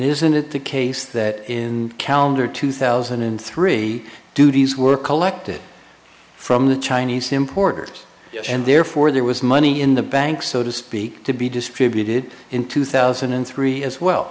isn't it the case that in calendar two thousand and three duties were collected from the chinese importers and therefore there was money in the bank so to speak to be distributed in two thousand and three as well